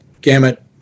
Gamut